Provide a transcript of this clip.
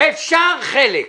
אפשר חלק.